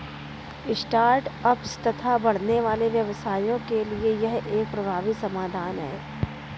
start ups तथा बढ़ने वाले व्यवसायों के लिए यह एक प्रभावी समाधान है